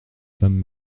femmes